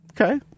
Okay